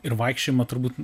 ir vaikščiojimą turbūt